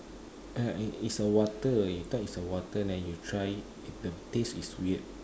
uh is a water you thought is a water but when you try it the taste is weird